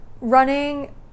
running